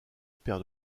père